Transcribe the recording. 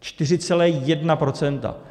Čtyři celé jedna procenta!